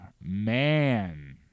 man